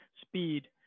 speed